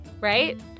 right